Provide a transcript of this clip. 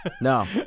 no